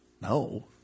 no